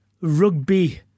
rugby